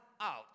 out